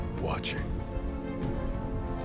Watching